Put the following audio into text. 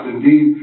Indeed